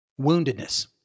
woundedness